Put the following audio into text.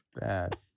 bad